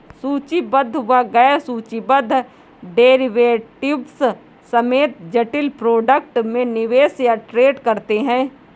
सूचीबद्ध व गैर सूचीबद्ध डेरिवेटिव्स समेत जटिल प्रोडक्ट में निवेश या ट्रेड करते हैं